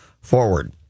forward